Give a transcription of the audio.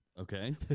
Okay